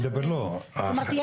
כלומר תהיה